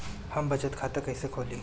हम बचत खाता कईसे खोली?